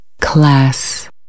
Class